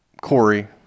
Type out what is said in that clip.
Corey